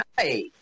Hi